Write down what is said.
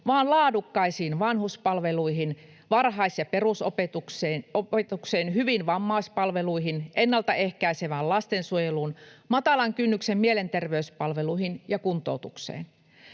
vaan laadukkaisiin vanhuspalveluihin, varhais- ja perusopetukseen, hyviin vammaispalveluihin, ennaltaehkäisevään lastensuojeluun, matalan kynnyksen mielenterveyspalveluihin ja kuntoutukseen.